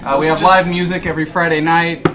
we have live music every friday night.